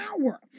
power